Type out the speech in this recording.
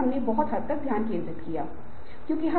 हम सभी विफलता से मिलते हैं असफलता सफलता की सीढी है